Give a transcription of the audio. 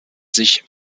sich